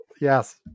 Yes